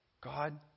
God